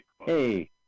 Hey